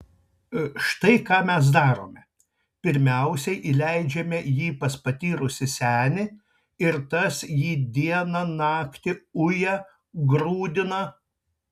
štai ką mes darome pirmiausia įleidžiame jį pas patyrusį senį ir tas jį dieną naktį uja grūdina